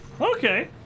Okay